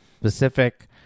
specific